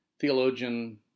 Theologian